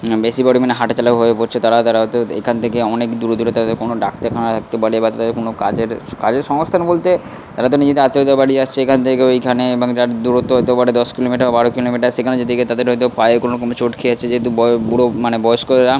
বেশি করে মানে হাঁটাচলা হয়ে পড়ছে তারা তারা অর্থাৎ এখান থেকে অনেক দূরে দূরে তাদের কোনো ডাক্তারখানা দেখাতে বলে বা তাদের কোনো কাজের কাজের সংস্থান বলতে তারা তো নিজেদের আত্মীয়দের বাড়ি যাচ্ছে এখান থেকে ওখানে মানে তার দূরত্ব হতে পারে দশ কিলোমিটার বারো কিলোমিটার সেখানে যেতে গিয়ে তাদের হয়তো পায়ে কোনো রকম চোট খেয়েছে যেহেতু বয়সে বুড়ো মানে বয়স্করা